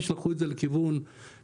מכובדיי כולם.